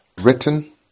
written